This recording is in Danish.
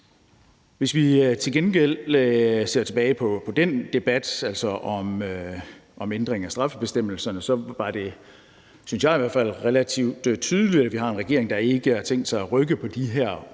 Hvis vi til gengæld ser tilbage på den debat, altså om ændring af straffebestemmelserne, var det, synes jeg i hvert fald, relativt tydeligt, at vi har en regering, der ikke har tænkt sig at rykke på de her